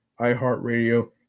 iHeartRadio